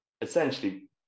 essentially